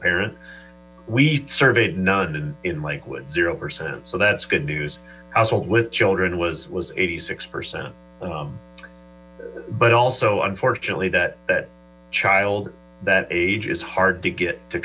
parents we surveyed none in lakewood zero percent so that's good news households with children was was eighty six percent but also unfortunately that child that age is hard to get to